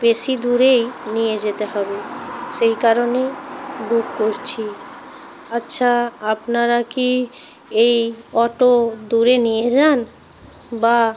বেশি দূরেই নিয়ে যেতে হবে সেই কারণেই বুক করছি আচ্ছা আপনারা কি এই অটো দূরে নিয়ে যান বা